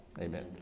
Amen